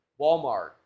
Walmart